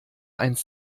einst